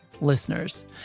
Listeners